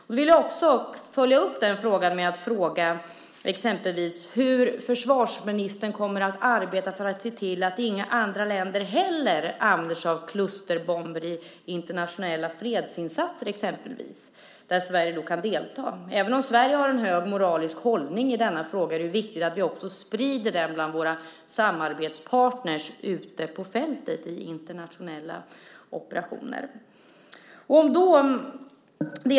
Därför vill jag följa upp den med att fråga hur försvarsministern kommer att arbeta för att inte heller andra länder ska använda sig av klusterbomber i exempelvis internationella fredsinsatser där Sverige kan delta. Även om Sverige har en hög moralisk hållning i denna fråga är det viktigt att också sprida den bland våra samarbetspartner i internationella operationer ute på fältet.